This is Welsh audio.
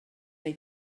wnei